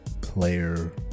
player